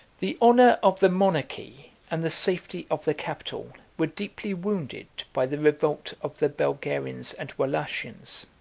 the honor of the monarchy and the safety of the capital were deeply wounded by the revolt of the bulgarians and walachians.